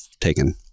taken